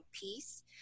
piece